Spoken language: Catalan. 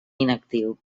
inactiu